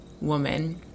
woman